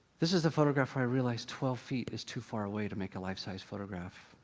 this is the photograph where i realized twelve feet is too far away to make a life-size photograph.